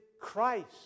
Christ